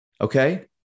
Okay